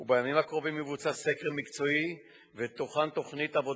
בימים הקרובים יבוצע סקר מקצועי ותוכן תוכנית עבודה